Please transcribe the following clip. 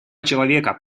человека